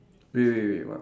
wait wait wait what